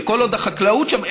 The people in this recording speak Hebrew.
וכל עוד החקלאות שם,